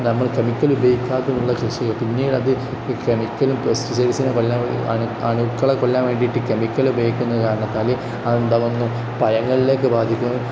നമ്മൾ കെമിക്കല് ഉപയോഗിക്കാതെയുള്ള കൃഷി ആയിരുന്നു പിന്നീടത് കെമിക്കലും പെസ്റ്റിസൈഡ്സിനെ കൊല്ലാൻ അണുക്കളെ കൊല്ലാൻ വേണ്ടിയിട്ട് കെമിക്കല് ഉപയോഗിക്കുന്ന കാരണത്താൽ അത് എന്താവുന്നു പഴങ്ങളിലേക്ക് ബാധിക്കുന്നു